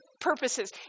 purposes